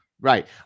Right